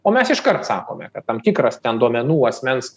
o mes iškart sakome kad tam tikras ten duomenų asmens